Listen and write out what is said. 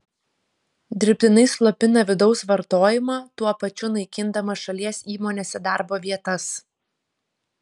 dirbtinai slopina vidaus vartojimą tuo pačiu naikindama šalies įmonėse darbo vietas